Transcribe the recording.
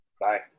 Bye